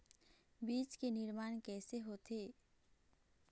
बीज के निर्माण कैसे होथे?